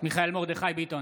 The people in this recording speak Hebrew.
מיכאל מרדכי ביטון,